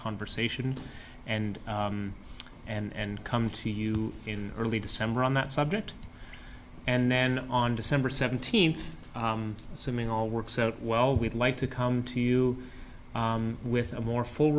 conversation and and come to you in early december on that subject and then on december seventeenth assuming all works out well we'd like to come to you with a more full